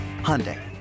Hyundai